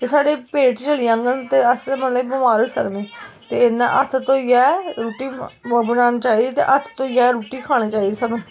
ते साढ़े पेट च चली जाङन ते अस मतलब कि बमार होई सकने ते इयां हत्थ धोइयै रुट्टी बनानी चाहिदी ते हत्थ धोइयै गै रुट्टी खानी चाहिदी सानू